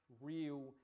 real